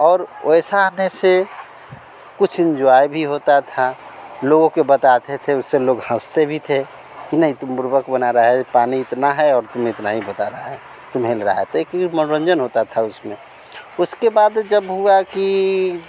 और वैसा आने से कुछ इंजॉय भी होता था लोगों के बताते थे उससे लोग हंसते भी थे कि नहीं तुम बुड़बक बना रहा है पानी इतना है और तुम इतना ही बता रहा है तुम हिल रहा है तो एक यह मनोरंजन होता था उसमें उसके बाद जब हुआ कि